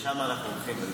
ולשם אנחנו הולכים.